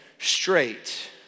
straight